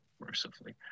mercifully